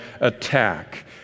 attack